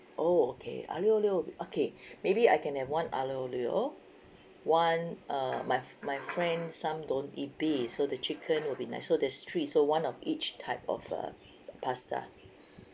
oh okay aglio olio okay maybe I can have one aglio olio one uh my my friend some don't eat beef so the chicken would be nice so there's three so one of each type of uh pasta